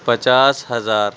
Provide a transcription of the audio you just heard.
پچاس ہزار